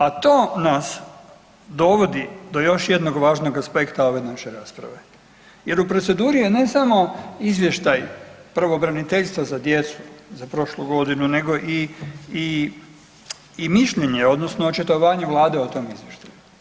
A to nas dovodi do još jednog važnog aspekta ove naše rasprave jer u proceduri je ne samo izvještaj pravobraniteljstva za djecu za prošlu godinu, nego i mišljenje odnosno očitovanje Vlade o tom izvještaju.